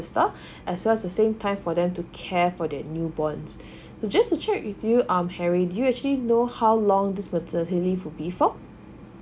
sister as well as the same time for them to care for their new born just to check with you um harry did you actually know how long this maternity leave would be it for